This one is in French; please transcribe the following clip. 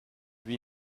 lui